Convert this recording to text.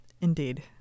Indeed